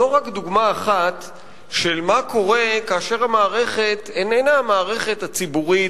זו רק דוגמה אחת של מה קורה כאשר המערכת איננה המערכת הציבורית,